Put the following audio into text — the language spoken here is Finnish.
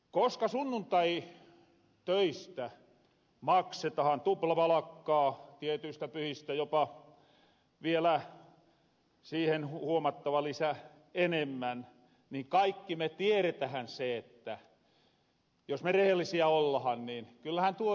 koska sunnuntaitöistä maksetahan tuplapalakkaa tietyistä pyhistä jopa vielä siihen huomattava lisä enemmän niin kaikki me tieretähän se että jos me rehellisiä ollahan niin kyllähän tuo raha teköö hyvää